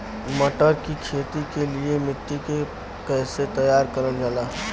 मटर की खेती के लिए मिट्टी के कैसे तैयार करल जाला?